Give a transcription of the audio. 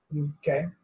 Okay